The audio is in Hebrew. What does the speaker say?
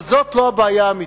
אבל זאת לא הבעיה האמיתית.